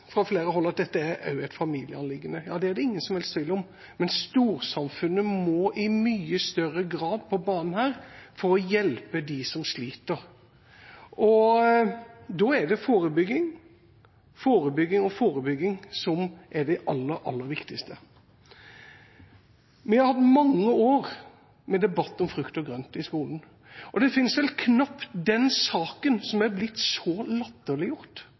fra flere hold at dette er også et familieanliggende. Ja, det er det ingen som helst tvil om, men storsamfunnet må i mye større grad på banen her for å hjelpe dem som sliter. Da er det forebygging, forebygging og forebygging som er det aller, aller viktigste. Vi har hatt mange år med debatt om frukt og grønt i skolen. Det finnes vel knapt en sak som er blitt så